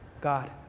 God